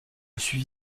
suivi